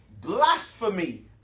blasphemy